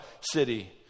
city